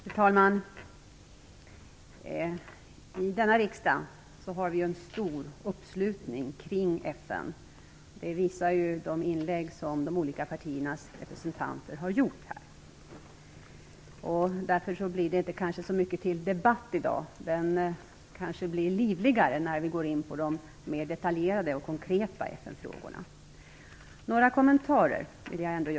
Fru talman! I denna riksdag har vi en stor uppslutning kring FN. Det visar de inlägg som de olika partiernas representanter har gjort. Därför blir det kanske inte så mycket till debatt i dag, men den kanske blir livligare när vi går in på de mer detaljerade och konkreta FN-frågorna. Jag vill ändå göra några kommentarer.